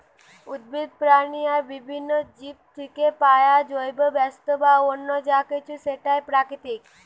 উদ্ভিদ, প্রাণী আর বিভিন্ন জীব থিকে পায়া জৈব বস্তু বা অন্য যা কিছু সেটাই প্রাকৃতিক